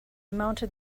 mounted